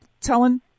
telling